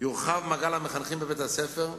יורחב מעגל המחנכים בבית-הספר,